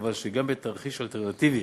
כיוון שגם בתרחיש אלטרנטיבי